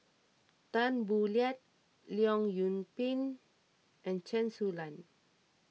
Tan Boo Liat Leong Yoon Pin and Chen Su Lan